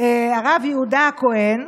הרב יהודה הכהן.